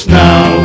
now